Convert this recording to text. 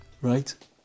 Right